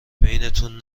بینتون